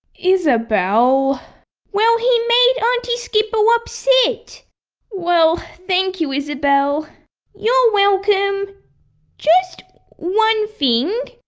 isabelle! well he made auntie skipper upset well thank you, isabelle you're welcome just one thing.